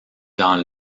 dans